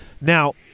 Now